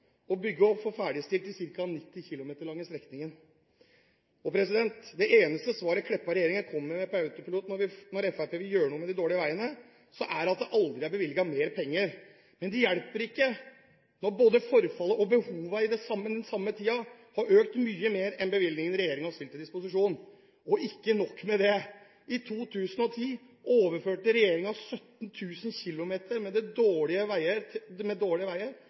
å bygge og få ferdigstilt den ca. 90 km lange strekningen. Det eneste svaret Kleppa og regjeringen kommer med på autopilot når Fremskrittspartiet vil gjøre noe med de dårlige veiene, er at det aldri har vært bevilget mer penger. Men det hjelper ikke når både forfallet og behovene den samme tiden har økt mye mer enn bevilgningene regjeringen har stilt til disposisjon. Ikke nok med det: I 2010 overførte regjeringen 17 000 km med dårlige veier til fylkeskommunene uten at det fulgte med